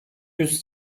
yüz